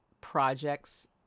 projects